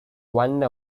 one